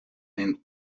and